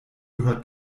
gehört